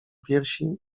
piersi